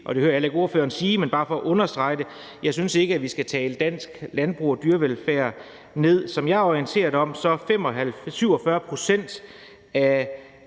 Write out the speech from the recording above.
det hører jeg heller ikke ordføreren sige, men det er bare for at understrege det – skal tale dansk landbrug og dyrevelfærd ned. Som jeg er orienteret om det, kommer 47 pct. af